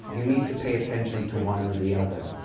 you need to pay attention to one or the other.